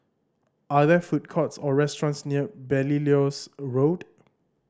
are there food courts or restaurants near Belilios Road